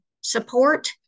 support